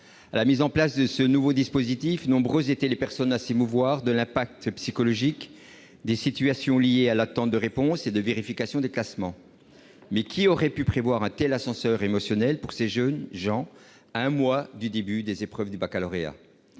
À la mise en place de ce nouveau dispositif, nombreuses étaient les personnes à s'émouvoir de l'impact psychologique de l'attente des réponses et de la vérification des classements. Mais qui aurait pu prévoir un tel ascenseur émotionnel pour ces jeunes gens à un mois du début des épreuves du baccalauréat ?